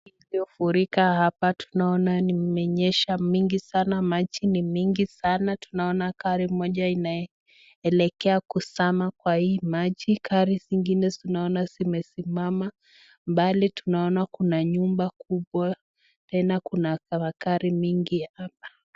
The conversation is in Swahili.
Iliyo furika hapa. Tunaona imenyesha mingi sana, maji ni mingi sana .Tunaona gari moja inaelekea kuzama kwa hii maji. Gari zingine tunaona zimesimama. Mbali tunaona Kuna nyumba kubwa tena tunaona Kuna magari mingi hapa.